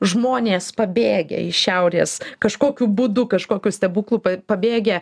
žmonės pabėgę iš šiaurės kažkokiu būdu kažkokiu stebuklu pabėgę